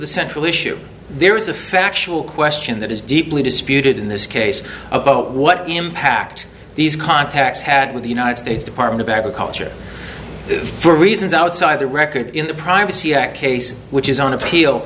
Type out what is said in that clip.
the central issue there is a factual question that is deeply disputed in this case about what impact these contacts had with the united states department of agriculture for reasons outside the record in the privacy act case which is on appeal